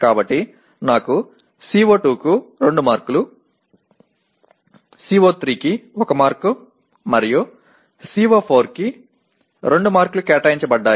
కాబట్టి నాకు CO2 కు 2 మార్కులు CO3 కి 1 మార్క్ మరియు CO4 కి 2 మార్కులు కేటాయించబడ్డాయి